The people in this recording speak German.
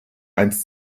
einst